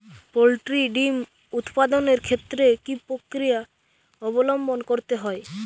Poultry ডিম উৎপাদনের ক্ষেত্রে কি পক্রিয়া অবলম্বন করতে হয়?